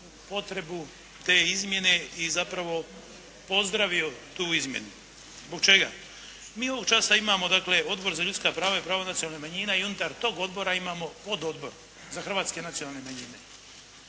potrebu te izmjene i zapravo pozdravio tu izmjenu. Zbog čega? Mi ovog časa imamo dakle Odbor za ljudska prava i prava nacionalnih manjina i unutar tog Odbora imamo Pododbor za hrvatske nacionalne manjine.